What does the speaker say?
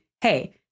hey